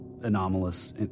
anomalous